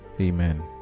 Amen